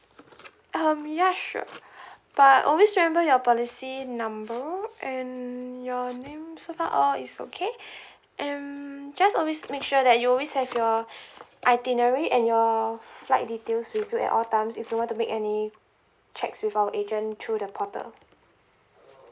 um ya sure but always remember your policy number and your name so far all is okay and just always make sure that you always have your itinerary and your flight details with you at all times if you want to make any checks with our agent through the portal